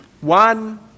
One